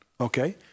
okay